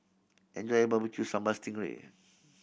enjoy your Barbecue Sambal sting ray